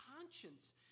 conscience